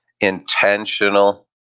intentional